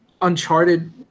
Uncharted